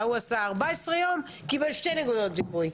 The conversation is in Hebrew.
ההוא עשה 14 יום - קיבל שתי נקודות זיכוי.